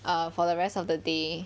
err for the rest of the day